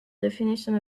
definition